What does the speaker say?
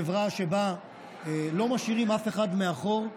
חברה שבה לא משאירים אף אחד מאחור,